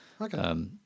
Okay